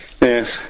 Yes